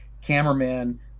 cameraman